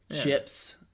chips